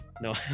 no